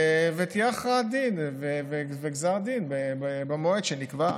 יהיו הכרעת דין וגזר דין במועד שנקבע.